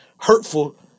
hurtful